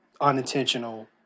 unintentional